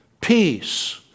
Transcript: peace